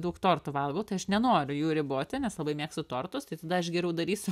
daug tortų valgau tai aš nenoriu jų riboti nes labai mėgstu tortus tai tada aš geriau darysiu